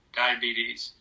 diabetes